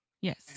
Yes